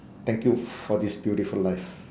thank you for this beautiful life